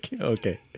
Okay